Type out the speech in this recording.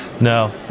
No